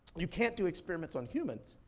you can't do experiments on humans,